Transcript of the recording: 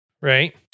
right